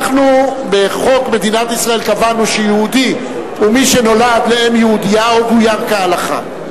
קבענו בחוק מדינת ישראל שיהודי הוא מי שנולד לאם יהודייה או גויר כהלכה.